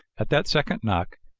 at that second knock,